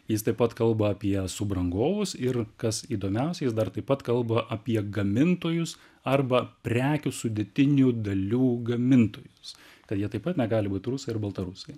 jis taip pat kalba apie subrangovus ir kas įdomiausia jis dar taip pat kalba apie gamintojus arba prekių sudėtinių dalių gamintojus kad jie taip pat na gali būt rusai ar baltarusai